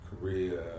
Korea